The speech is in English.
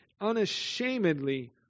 unashamedly